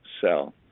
sell